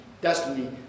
destiny